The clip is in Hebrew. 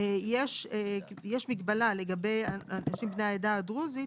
יש מגבלה לגבי אנשים בני העדה הדרוזית: